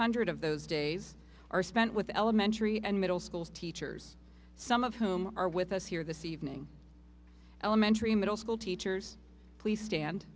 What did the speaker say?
hundred of those days are spent with elementary and middle schools teachers some of whom are with us here this evening elementary middle school teachers please stand